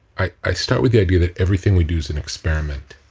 i i start with the idea that everything we do is an experiment.